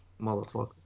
motherfucker